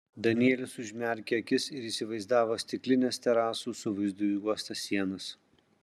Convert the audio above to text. danielius užmerkė akis ir įsivaizdavo stiklines terasų su vaizdu į uostą sienas